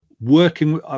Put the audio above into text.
working